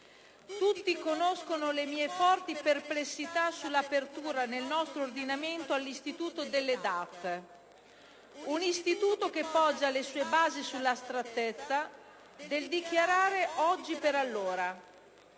Tutti conoscono le mie forti perplessità sull'apertura nel nostro ordinamento all'istituto delle DAT, un istituto che poggia le sue basi sull'astrattezza del dichiarare oggi per allora.